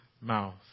mouth